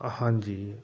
ਹਾਂਜੀ